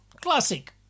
classic